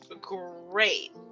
great